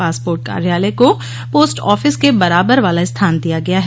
passport कार्यालय को post office के बराबर वाला स्थान दिया गया है